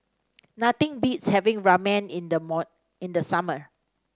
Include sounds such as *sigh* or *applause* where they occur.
nothing beats having Ramen in the *unintelligible* in the summer